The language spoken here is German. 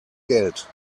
geld